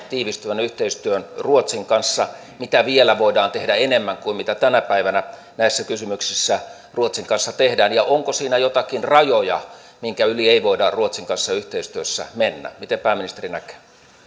tiivistyvän yhteistyön ruotsin kanssa ulkopolitiikan saralla mitä vielä voidaan tehdä enemmän kuin mitä tänä päivänä näissä kysymyksissä ruotsin kanssa tehdään ja onko siinä joitakin rajoja joiden yli ei voida ruotsin kanssa yhteistyössä mennä miten pääministeri näkee